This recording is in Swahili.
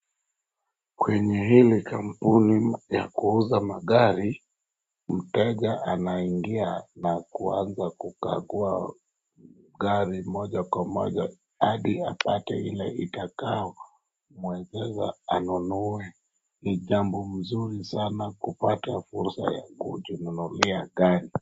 Kwenye hili kampuni mpya kuuza magari mteja anaingia na kuanza kukagua gari moja kwa moja hadi apate ile itakayo mwezesha anunue, ni jambo mzuri sana kupata fursa ya kujinunulia gari.